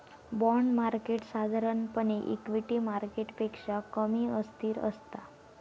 bond market साधारणपणे equity मार्केटपेक्षा कमी अस्थिर असता